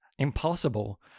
impossible